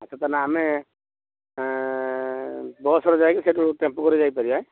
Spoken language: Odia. ଆଚ୍ଛା ତାନେ ଆମେ ବସ୍ରେ ଯାଇକି ସେଠୁ ଟେମ୍ପୁ କରିକି ଯାଇପାରିବା